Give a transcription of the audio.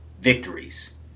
victories